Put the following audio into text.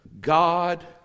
God